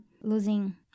losing